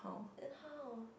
then how